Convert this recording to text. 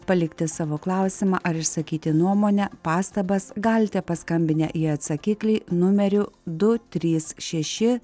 palikti savo klausimą ar išsakyti nuomonę pastabas galite paskambinę į atsakiklį numeriu du trys šeši